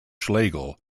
schlegel